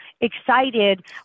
excited